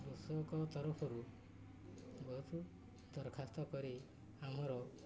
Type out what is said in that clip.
କୃଷକ ତରଫରୁ ବହୁତ ଦରଖାସ୍ତ କରି ଆମର